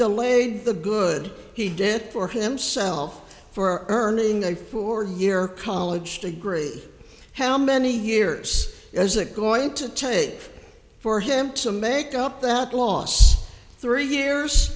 delayed the good he did for himself for earning a four year college degree how many years is it going to take for him to make up that last three years